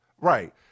Right